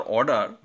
order